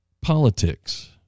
politics